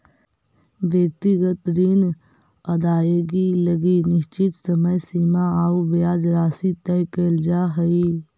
व्यक्तिगत ऋण अदाएगी लगी निश्चित समय सीमा आउ ब्याज राशि तय कैल जा हइ